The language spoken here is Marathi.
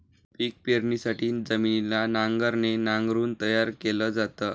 पिक पेरणीसाठी जमिनीला नांगराने नांगरून तयार केल जात